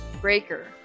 Breaker